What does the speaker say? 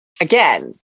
again